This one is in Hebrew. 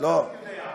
אתה גם תצליח.